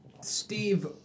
Steve